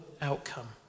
outcome